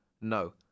No